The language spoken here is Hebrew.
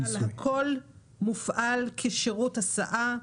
אנחנו מדברים על כך שהכול מופעל כשירות הסעה,